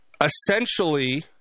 essentially